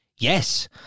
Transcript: Yes